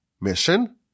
mission